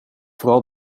vooral